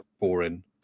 boring